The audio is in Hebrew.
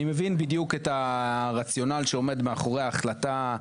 אני מבין בדיוק את הרציונל שעומד מאחורי ההחלטה,